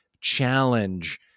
challenge